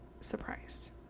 surprised